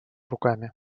руками